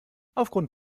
aufgrund